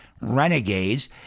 Renegades